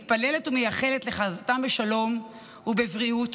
אני מתפללת ומייחלת לחזרתם בשלום ובבריאות,